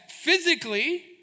physically